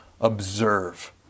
observe